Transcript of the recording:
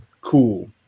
Cool